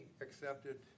accepted